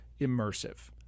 immersive